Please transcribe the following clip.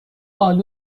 آلو